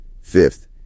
fifth